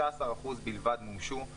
16% בלבד מומשו.